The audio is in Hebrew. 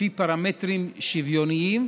לפי פרמטרים שוויוניים.